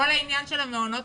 כל העניין של המעונות